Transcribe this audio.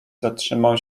zatrzymał